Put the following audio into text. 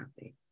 happy